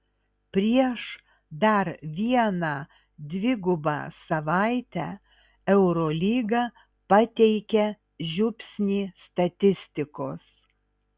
prieš dar vieną dvigubą savaitę eurolyga pateikia žiupsnį statistikos